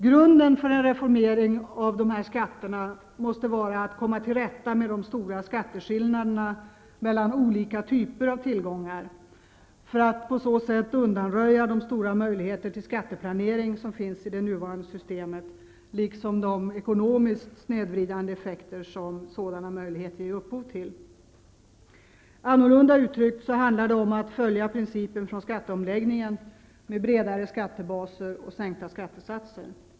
Grunden för en reformering av de här skatterna måste vara att komma till rätta med de stora skatteskillnaderna mellan olika typer av tillgångar, för att på så sätt undanröja de stora möjligheter till skatteplanering som finns i det nuvarande systemet liksom de ekonomiskt snedvridande effekter som de har. Annorlunda uttryckt handlar det om att följa principen från skatteomläggningen med bredare skattebaser och sänkta skattesatser.